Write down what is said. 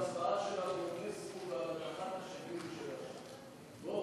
בוא